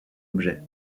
objet